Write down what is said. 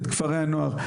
את כפרי הנוער.